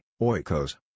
oikos